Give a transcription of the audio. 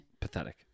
Pathetic